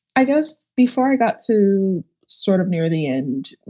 i guess before i got to sort of near the end,